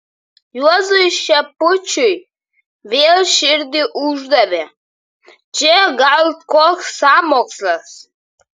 juozui šepučiui vėl širdį uždavė čia gal koks sąmokslas